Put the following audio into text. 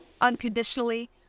unconditionally